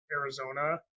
Arizona